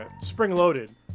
Spring-loaded